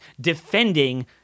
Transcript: defending